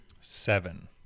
Seven